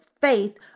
faith